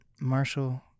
Marshall